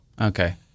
Okay